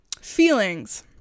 feelings